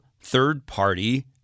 third-party